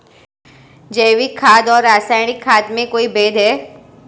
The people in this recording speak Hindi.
जैविक खाद और रासायनिक खाद में कोई भेद है?